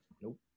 Nope